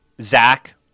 Zach